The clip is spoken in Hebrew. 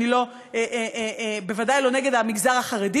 אני בוודאי לא נגד המגזר החרדי,